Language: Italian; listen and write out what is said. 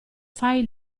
file